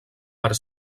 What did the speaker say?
per